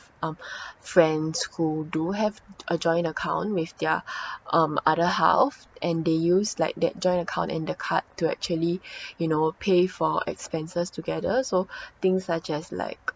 um friends who do have a joint account with their um other half and they use like that joint account and the card to actually you know pay for expenses together so things such as like